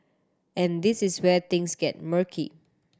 and this is where things get murky